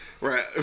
Right